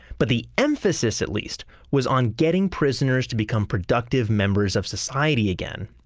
but the emphasis at least was on getting prisoners to become productive members of society again.